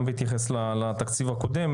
גם אתייחס לתקציב הקודם.